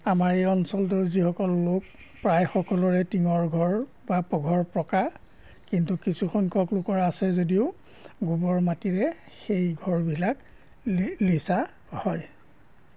আমাৰ এই অঞ্চলটোৰ যিসকল লোক প্ৰায় সকলোৰে টিঙৰ ঘৰ বা পঘৰ পকা কিন্তু কিছুসংখ্যক লোকৰ আছে যদিও গোবৰ মাটিৰে সেই ঘৰবিলাক লি লিপা হয়